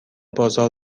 بازار